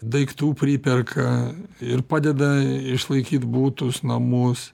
daiktų priperka ir padeda išlaikyt butus namus